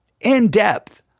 in-depth